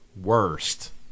worst